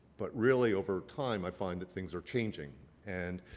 but really, over time, i find that things are changing. and